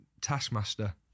Taskmaster